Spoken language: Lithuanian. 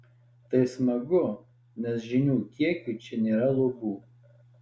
tai smagu nes žinių kiekiui čia nėra lubų